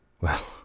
Well